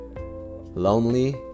lonely